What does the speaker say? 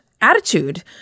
attitude